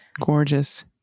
Gorgeous